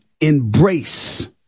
embrace